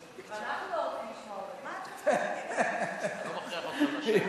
ואנחנו לא רוצים לשמוע, אני לא מכריח אתכם לשבת.